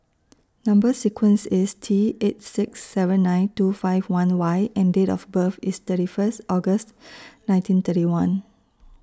Number sequence IS T eight six seven nine two five one Y and Date of birth IS thirty First August nineteen thirty one